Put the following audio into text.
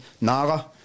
Nara